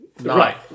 right